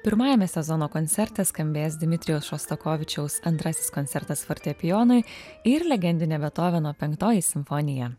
pirmajame sezono koncerte skambės dmitrijaus šostakovičiaus antrasis koncertas fortepijonui ir legendinė bethoveno penktoji simfonija